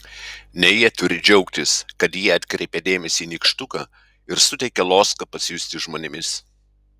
ne jie turi džiaugtis kad jie atkreipia dėmesį į nykštuką ir suteikia loską pasijusti žmonėmis